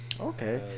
Okay